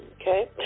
okay